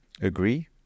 agree